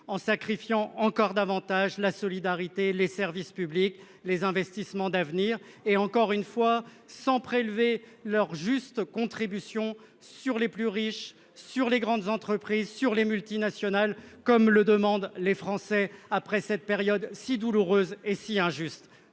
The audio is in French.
en sacrifiant encore davantage la solidarité les services publics, les investissements d'avenir et encore une fois sans prélever leur juste contribution sur les plus riches sur les grandes entreprises sur les multinationales comme le demandent les Français, après cette période si douloureuse et si injuste.